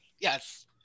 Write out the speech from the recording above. Yes